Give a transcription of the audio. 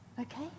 Okay